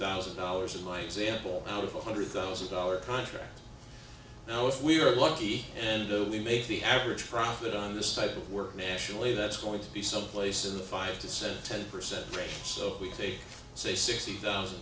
thousand dollars in my example out of a one hundred thousand dollars contract now if we are lucky and we make the average profit on this type of work nationally that's going to be someplace in the five to hpercent range so if we take say sixty thousand